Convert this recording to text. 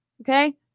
okay